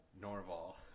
Norval